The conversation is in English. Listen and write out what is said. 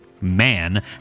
man